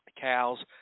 cows